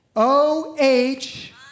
O-H